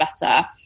better